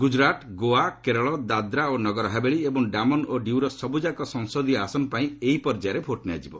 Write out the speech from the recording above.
ଗୁଜରାଟ ଗୋଆ କେରଳ ଦାଦ୍ରା ଓ ନଗରହାବେଳି ଏବଂ ଡାମନ୍ ଓ ଡିଉର ସବ୍ଯଯାକ ସଂସଦୀୟ ଆସନ ପାଇଁ ଏହି ପର୍ଯ୍ୟାୟରେ ଭୋଟ୍ ନିଆଯିବ